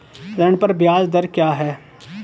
ऋण पर ब्याज दर क्या है?